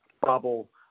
bubble